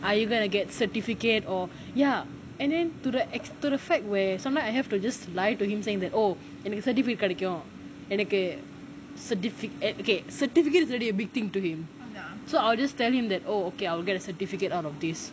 are you going to get certificate or ya and then to the expe~ to the fact where sometime I have to just lie to him saying that oh எனக்கு:ennaku certifi~ eh okay certificate is already a big thing to him so I will just tell him that oh okay I will get a certificate out of this